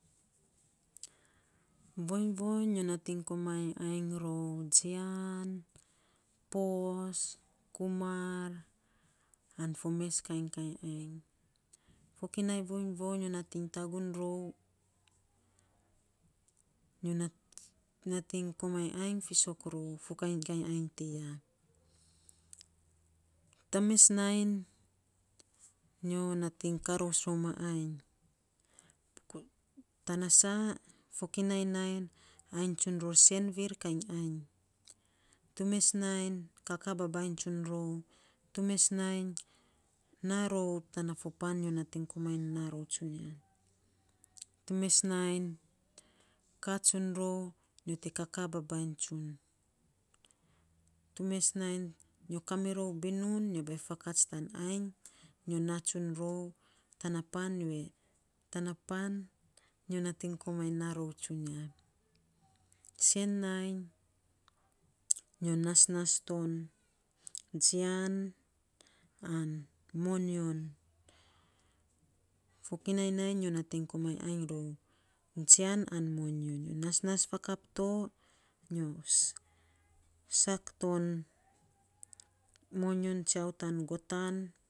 voiny voiny, nyo natiny komainy ainy rou jian, pos, kumar, an fo mes kain kain kainy ainy. Fokinai voiny voiny nyo natiny tagun rou nyo natiny komainy ainy fisok rou fo kainy ainy tiya. tu mes nainy, nyo natiny karous rou ma ainy tana saa fokinai nany ainy tsun ror senvir kain ainy. Tu mes nainy kaakaa babainy tsun rou. Tee mes nainy na rou tana fo pan nyo komainy na rou tsunia. Tu mes nainy kakaa tsun rou nyo te kakaa babainy tsun. Tu mes nainy nyo kairou binun byo bainy fakats tan ainy. Nyo naa tsun rou tana pan wee tana pan nyo natiny komainy naa rou tsunia. Sen nainy, nyo nasnas ton jian an moyon. Fokinai nainy nyo natiny komainy ainy rou jian an moyon. Nasnas fakap to nyo sak ton moyon tsiau tan gotan.